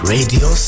Radio